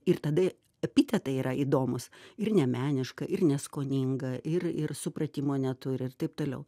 ir tada epitetai yra įdomūs ir nemeniška ir neskoninga ir ir supratimo neturi ir taip toliau